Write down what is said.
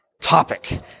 topic